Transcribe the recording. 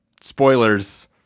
spoilers